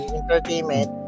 Entertainment